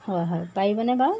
হয় হয় পাৰিবনে বাৰু